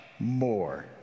More